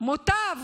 מוטב